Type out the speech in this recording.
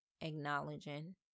acknowledging